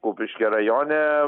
kupiškio rajone